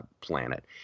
planet